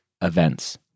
events